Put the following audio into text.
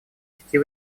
сети